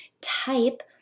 type